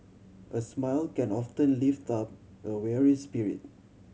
a smile can often lift up a weary spirit